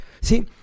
See